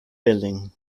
building